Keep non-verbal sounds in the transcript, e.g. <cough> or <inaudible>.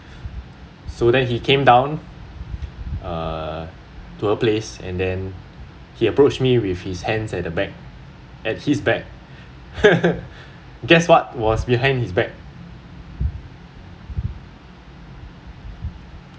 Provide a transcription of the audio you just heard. so then he came down uh to her place and then he approached me with his hands at the back at his back <laughs> guess what was behind his back